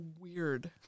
weird